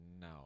No